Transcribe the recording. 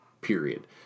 period